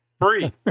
Free